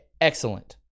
excellent